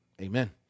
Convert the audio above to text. Amen